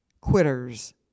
quitters